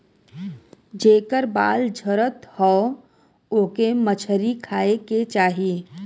जेकर बाल झरत हौ ओके मछरी खाए के चाही